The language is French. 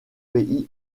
pays